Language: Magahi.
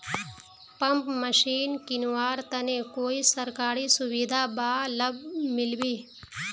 पंप मशीन किनवार तने कोई सरकारी सुविधा बा लव मिल्बी?